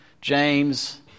James